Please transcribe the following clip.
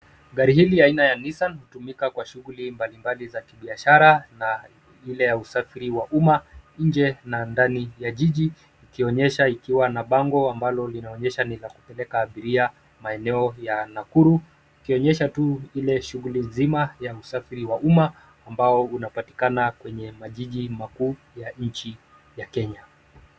Gari hili ya aina ya Nissan hutumika kwa shughuli mbalimbali za kibiashara, na ile ya usafiri wa umma nje na ndani ya jiji, ikionyesha ikiwa na bango ambalo linaonyesha linapeleka abiria maeneo ya Nakuru, ikionyesha tu ile shughuli nzima ya usafiri wa umma, ambao unapatikana kwenye majiji makuu ya nchi ya Kenya.